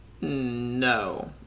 No